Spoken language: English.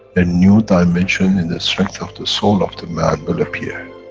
a new dimension in the strength of the soul of the man will appear,